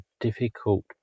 difficult